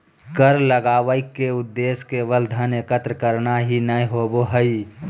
कर लगावय के उद्देश्य केवल धन एकत्र करना ही नय होबो हइ